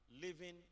living